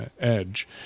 Edge